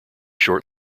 short